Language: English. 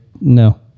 no